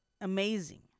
amazing